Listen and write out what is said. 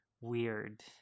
Weird